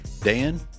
Dan